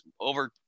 over